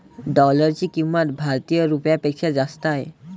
डॉलरची किंमत भारतीय रुपयापेक्षा जास्त आहे